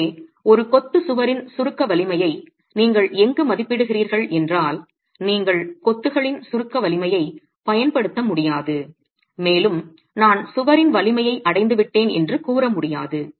எனவே ஒரு கொத்து சுவரின் சுருக்க வலிமையை நீங்கள் எங்கு மதிப்பிடுகிறீர்கள் என்றால் நீங்கள் கொத்துகளின் சுருக்க வலிமையைப் பயன்படுத்த முடியாது மேலும் நான் சுவரின் வலிமையை அடைந்துவிட்டேன் என்று கூற முடியாது